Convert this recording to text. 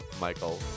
Michael